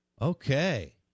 Okay